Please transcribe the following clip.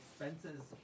expenses